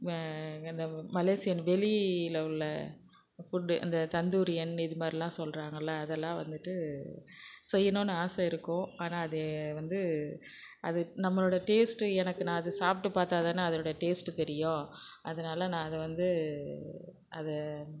அந்த மலேசியன் வெளியில் உள்ள ஃபுட்டு அந்த தந்தூரியன் இது மாதிரில்லா சொல்கிறாங்கள்ல அதல்லாம் வந்துட்டு செய்யனுன்னு ஆசை இருக்கும் ஆனால் அது வந்து அது நம்மளோடய டேஸ்ட்டு எனக்கு நான் அது சாப்பிட்டு பார்த்தாதான அதனுடைய டேஸ்ட்டு தெரியும் அதனால் நான் அதை வந்து அதை